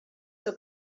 que